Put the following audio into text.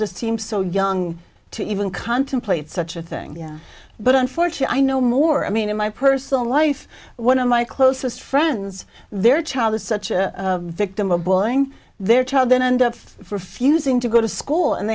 just seems so young to even contemplate such a thing but unfortunately i know more i mean in my personal life one of my closest friends their child is such a victim of bullying their child didn't end up refusing to go to school and